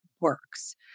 works